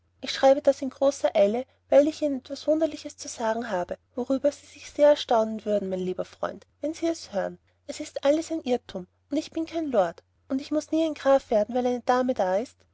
ich schreibe das in großer eile weil ich ihnen etwas wunderliches zu sagen habe worüber sie sich ser erstaunen würden mein lieber freund wenn sie es hören es ist alles ein irtum und ich bin kein lord und ich mus nie ein graf werden weil eine dame da ist